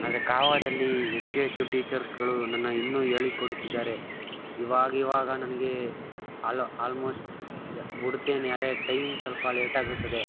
ಆದರೆ ಕಾವಾದಲ್ಲಿ ಹೆಚ್ಚು ಹೆಚ್ಚು ಟೀಚರ್ಸ್ಗಳು ನನ್ನ ಇನ್ನೂ ಹೇಳಿಕೊಡುತ್ತಿದ್ದಾರೆ ಇವಾಗ ಇವಾಗ ನನಗೆ ಆಲೊ ಆಲ್ಮೋಸ್ಟ್ ಬಿಡ್ತೇನೆ ಆದ್ರೆ ಟೈಮ್ ಸ್ವಲ್ಪ ಲೇಟಾಗುತ್ತದೆ